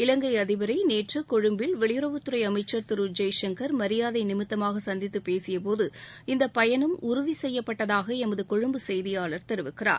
இலங்கை அதிபரை நேற்று கொழும்பில் வெளியுறவுத்துறை அமைச்சர் திரு எஸ் ஜெயசங்கர் மரியாதை நிமித்தமாக சந்தித்துப் பேசியபோது இந்தப் பயணம் உறுதிசெய்யப்பட்டதாக எமது கொழும்பு செய்தியாளர் தெரிவிக்கிறார்